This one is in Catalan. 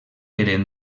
eren